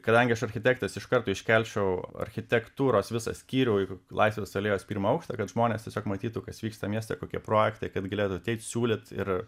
kadangi aš architektas iš karto iškelčiau architektūros visą skyrių ir laisvės alėjos pirmą aukštą kad žmonės tiesiog matytų kas vyksta mieste kokie projektai kad galėtų ateit siūlyt ir